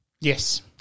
Yes